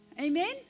amen